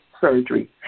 surgery